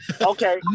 Okay